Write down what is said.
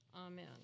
Amen